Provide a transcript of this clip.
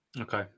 Okay